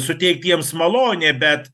suteikti jiems malonę bet